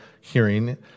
hearing